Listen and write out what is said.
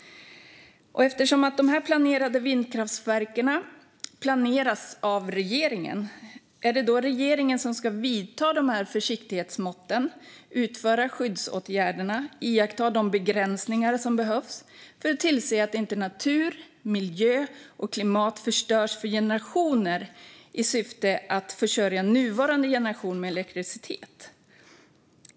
Eftersom de planerade vindkraftverken planeras av regeringen är det regeringen som ska vidta försiktighetsmåtten, utföra skyddsåtgärderna och iaktta de begränsningar som behövs för att tillse att inte natur, miljö och klimat förstörs för generationer i syfte att försörja nuvarande generation med elektricitet.